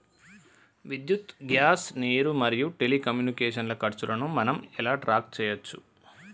విద్యుత్ గ్యాస్ నీరు మరియు టెలికమ్యూనికేషన్ల ఖర్చులను మనం ఎలా ట్రాక్ చేయచ్చు?